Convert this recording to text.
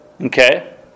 Okay